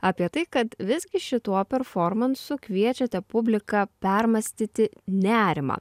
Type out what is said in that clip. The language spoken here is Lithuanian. apie tai kad visgi šituo performansu kviečiate publiką permąstyti nerimą